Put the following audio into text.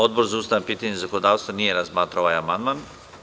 Odbor za ustavna pitanja i zakonodavstvo nije razmatrao ovaj amandman.